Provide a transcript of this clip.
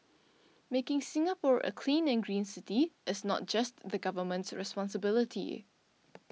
making Singapore a clean and green city is not just the government's responsibility